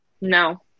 no